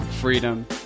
freedom